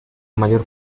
mayor